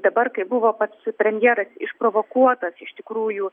dabar kai buvo pats premjeras išprovokuotas iš tikrųjų